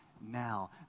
now